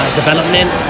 development